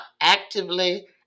actively